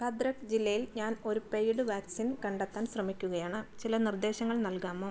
ഭദ്രക് ജില്ലയിൽ ഞാൻ ഒരു പെയ്ഡ് വാക്സിൻ കണ്ടെത്താൻ ശ്രമിക്കുകയാണ് ചില നിർദ്ദേശങ്ങൾ നൽകാമോ